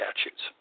statutes